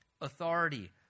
authority